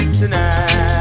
tonight